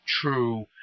true